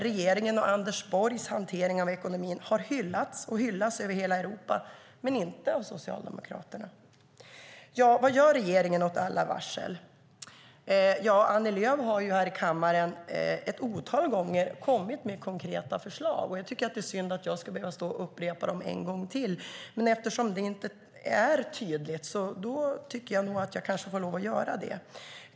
Regeringens och Anders Borgs hantering av ekonomin har hyllats och hyllas över hela Europa, men inte av Socialdemokraterna. Vad gör regeringen åt alla varsel? Ja, Annie Lööf har ett otal gånger kommit med konkreta förslag i kammaren. Det är synd att jag ska behöva stå och upprepa dem ytterligare en gång, men eftersom det inte är tydligt kanske jag ändå får lov att göra det.